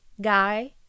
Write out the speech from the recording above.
guy